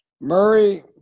Murray –